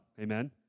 Amen